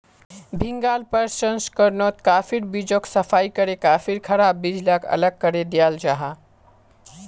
भीन्गाल प्रशंस्कर्नोत काफिर बीजोक सफाई करे काफिर खराब बीज लाक अलग करे दियाल जाहा